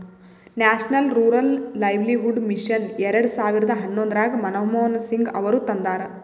national rural livelihood mission ಎರೆಡ ಸಾವಿರದ ಹನ್ನೊಂದರಾಗ ಮನಮೋಹನ್ ಸಿಂಗ್ ಅವರು ತಂದಾರ